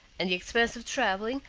and the expense of traveling,